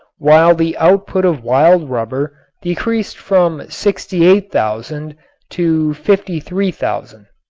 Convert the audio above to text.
while the output of wild rubber decreased from sixty eight thousand to fifty three thousand.